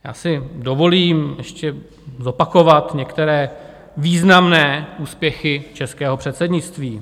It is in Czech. Já si dovolím ještě zopakovat některé významné úspěchy českého předsednictví.